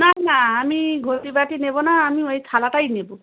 না না আমি ঘটি বাটি নেবো না আমি ওই থালাটাই নেবো